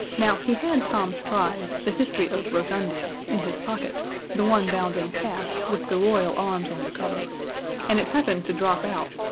now, he had tom's prize, the history of rotundia, in his pocket the one bound in calf, with the royal arms on the cover and it happened to drop out,